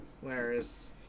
Whereas